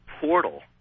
portal